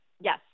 Yes